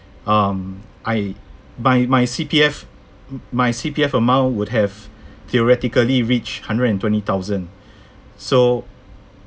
um I by my C_P_F m~ my C_P_F amount would have theoretically reached hundred and twenty thousand so